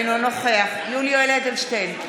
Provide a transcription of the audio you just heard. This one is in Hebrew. אינו נוכח יולי יואל אדלשטיין,